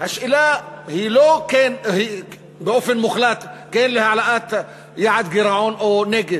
השאלה היא לא לומר באופן מוחלט כן להעלאת יעד הגירעון או לא,